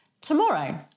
Tomorrow